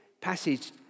passage